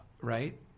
right